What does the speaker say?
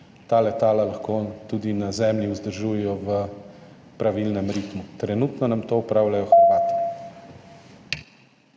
ta letala lahko tudi na zemlji vzdržujejo v pravilnem ritmu. Trenutno to opravljajo Hrvati.